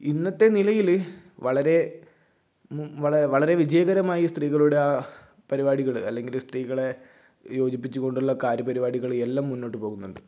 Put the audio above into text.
ഇന്നത്തെ നിലയില് വളരെ മും വളരെ വിജയകരമായി സ്ത്രീകളുടെ ആ പരിപാടികള് അല്ലങ്കില് സ്ത്രീകളെ യോചിപ്പിച്ചുകൊണ്ടുള്ള കാര്യപരിപാടികള് എല്ലാം മുന്നോട്ട് പോകുന്നുണ്ട്